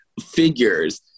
figures